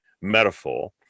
metaphor